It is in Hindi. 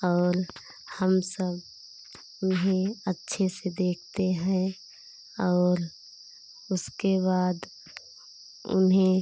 और हम सब उन्हें अच्छे से देखते हैं और उसके बाद उन्हें